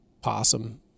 possum